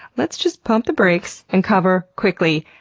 let's just pump the brakes and cover quickly,